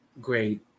Great